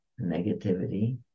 negativity